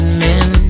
men